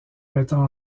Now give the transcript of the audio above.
mettant